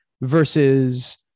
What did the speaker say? versus